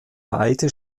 weite